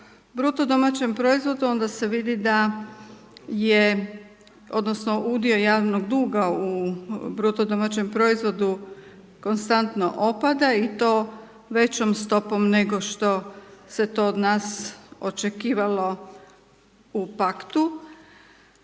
bruto domaćem proizvodu onda se vidi da je odnosno udio javnog duga u bruto domaćem proizvodu konstantno opada i to većom stopom nego što se to od nas očekivalo u paktu.